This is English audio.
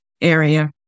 area